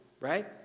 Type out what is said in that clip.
right